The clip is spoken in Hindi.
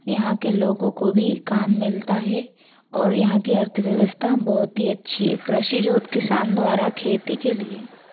यहाँ के लोगों को भी काम मिलता है और यहाँ की अर्थव्यवस्था बहुत ही अच्छी है कृषि जो किसान द्वारा खेती के लिए